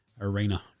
arena